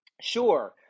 Sure